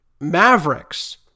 Mavericks